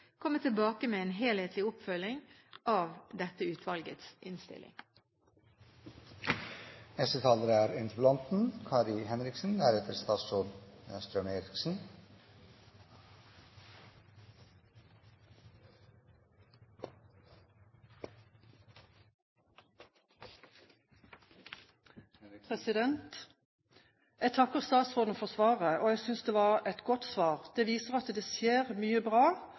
komme tilbake med en helhetlig oppfølging av dette utvalgets innstilling. Jeg takker statsråden for svaret. Jeg synes det var et godt svar. Det viser at det skjer mye bra,